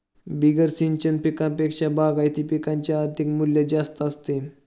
बिगर सिंचन पिकांपेक्षा बागायती पिकांचे आर्थिक मूल्य जास्त असते